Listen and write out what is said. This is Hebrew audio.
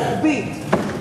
רוחבית?